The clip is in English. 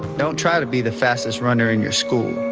don't try to be the fastest runner in your school,